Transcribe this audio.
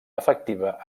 efectiva